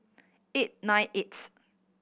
eight ninety eighth